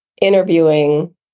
interviewing